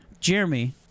Jeremy